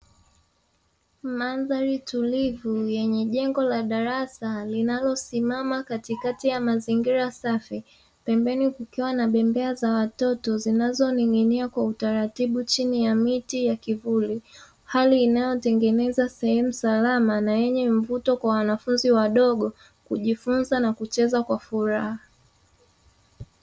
Mandhari tulivu yenye jengo la darasa linalosimama katikati ya mazingira safi, pembeni kukiwa na bembea za watoto zinazoning'inia kwa utaratibu chini ya miti ya kivuli, hali inayotengeneza sehemu salama na yenye mvuto kwa wanafunzi wadogo kujifunza na kucheza kwa furaha.